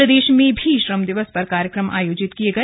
प्रदेश में भी श्रम दिवस पर कार्यक्रम आयोजित किये गए